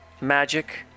magic